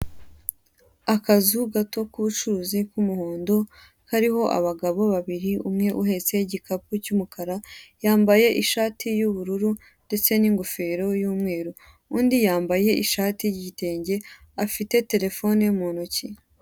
Akazu gato k'ubucuruzi bw'umuhondo, hariho abagabo babiri umwe uhetse igikapu cy'umukara yambaye ishati y'ubururu ndetse n'ingofero y'umweru, undi yambaye ishati y'igitenge, afite terefone mu ntoki.